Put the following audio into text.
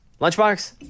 Lunchbox